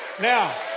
Now